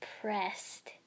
pressed